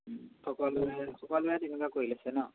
সকলোৱে সকলোৱে তেনেকুৱা কৰি আছে ন